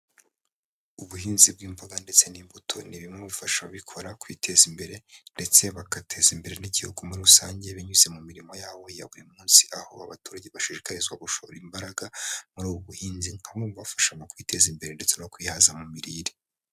Ubuhinzi bw'imboga ndetse n'imbuto ni bimwe mu bifasha ababikora kwiteza imbere, ndetse bagateza imbere n'igihugu muri rusange binyuze mu mirimo yabo ya buri munsi, aho abaturage bashishikarizwa gushora imbaraga muri ubu buhinzi nka bimwe mu bibafasha mu kwiteza imbere, ndetse no kwihaza mu mirire.